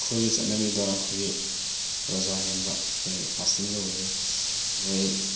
ꯑꯩꯈꯣꯏꯒꯤ ꯆꯠꯅꯕꯤꯗ ꯑꯩꯈꯣꯏꯒꯤ ꯔꯣꯖꯥ ꯍꯦꯟꯕ ꯑꯩꯈꯣꯏꯒꯤ ꯐꯥꯁꯇꯤꯡ ꯇꯧꯕꯁꯦ ꯑꯩꯈꯣꯏ